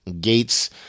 gates